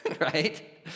right